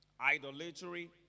idolatry